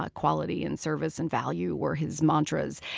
ah quality, and service and value were his mantras.